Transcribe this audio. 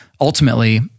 ultimately